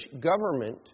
government